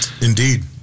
Indeed